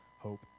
hope